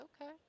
okay